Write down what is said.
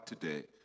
today